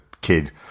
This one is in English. kid